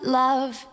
love